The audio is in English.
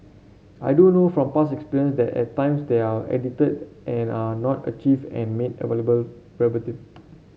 I do know from past experience that at times they are edited and are not archived and made available verbatim